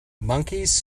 monkeys